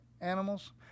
animals